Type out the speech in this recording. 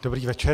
Dobrý večer.